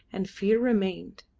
and fear remained.